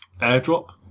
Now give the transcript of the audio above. Airdrop